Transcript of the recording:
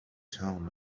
town